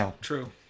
True